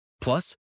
Plus